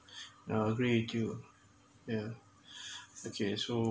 I agree with you yeah okay so